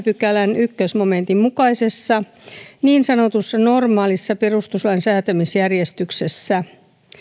pykälän ensimmäisen momentin mukaisessa niin sanotussa normaalissa perustuslain säätämisjärjestyksessä